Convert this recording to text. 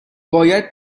باید